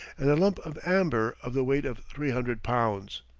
and a lump of amber of the weight of three hundred pounds.